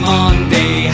Monday